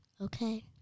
Okay